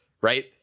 right